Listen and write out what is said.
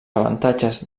avantatges